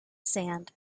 sand